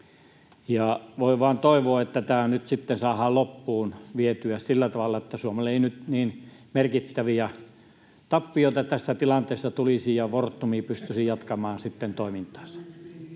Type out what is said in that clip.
Voi vain toivoa, että tämä nyt sitten saadaan loppuun vietyä sillä tavalla, että Suomelle ei nyt niin merkittäviä tappioita tässä tilanteessa tulisi ja Fortum pystyisi jatkamaan toimintaansa.